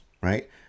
right